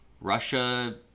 russia